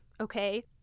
okay